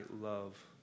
love